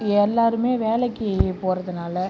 எல்லாருமே வேலைக்கு போகிறதுனால